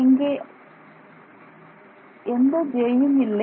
இங்கே எந்த jம் இல்லை